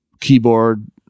keyboard